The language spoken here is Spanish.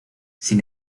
sin